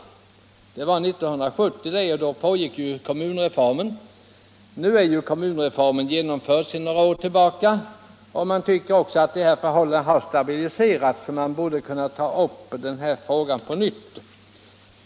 Det var 1970, och då pågick kommunreformen. Nu är kommunreformen genomförd sedan några år tillbaka. Jag anser att förhållandena har stabiliserats, så att man borde kunna ta upp frågan på nytt.